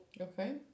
Okay